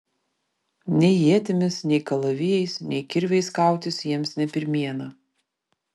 nei ietimis nei kalavijais nei kirviais kautis jiems ne pirmiena